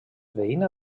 veïna